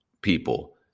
people